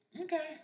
Okay